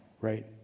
right